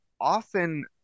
often